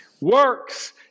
works